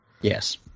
Yes